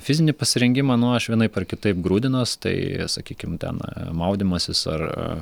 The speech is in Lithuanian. fizinį pasirengimą nu aš vienaip ar kitaip grūdinuos tai sakykim ten maudymasis ar